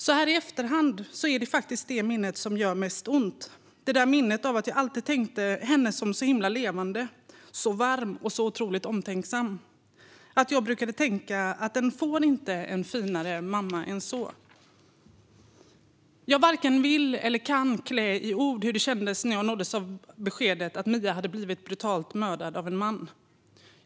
Så här i efterhand är det faktiskt det minnet som gör mest ont - det där minnet av att jag alltid tänkte på henne som så himla levande, så varm och så otroligt omtänksam. Jag brukade tänka att man inte får en finare mamma än så. Jag varken vill eller kan klä i ord hur det kändes när jag nåddes av beskedet att Mia hade blivit brutalt mördad av en man.